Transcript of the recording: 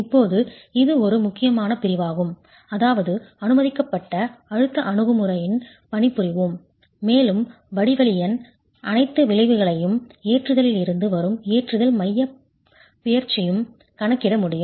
இப்போது இது ஒரு முக்கியமான பிரிவாகும் அதாவது அனுமதிக்கப்பட்ட அழுத்த அணுகுமுறையுடன் பணிபுரிவோம் மேலும் வடிவவியலின் அனைத்து விளைவுகளையும் ஏற்றுதலில் இருந்து வரும் ஏற்றுதல் மையப் பிறழ்ச்சியும் கணக்கிட முடியும்